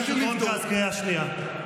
חבר הכנסת רון כץ, קריאה שנייה.